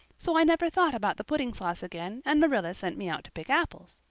so i never thought about the pudding sauce again and marilla sent me out to pick apples.